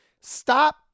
Stop